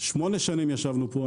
שמונה שנים ישבנו פה,